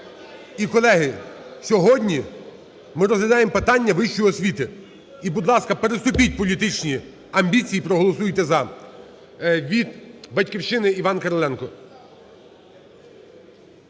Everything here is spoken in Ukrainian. І, колеги, сьогодні ми розглядаємо питання вищої освіти. І, будь ласка, переступіть політичні амбіції і проголосуйте "за". Від "Батьківщини" Іван Кириленко.